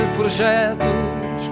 projetos